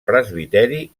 presbiteri